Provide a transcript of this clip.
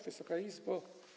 Wysoka Izbo!